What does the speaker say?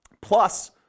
plus